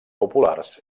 populars